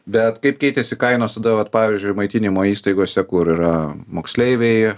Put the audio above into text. bet kaip keitėsi kainos tada vat pavyzdžiui maitinimo įstaigose kur yra moksleiviai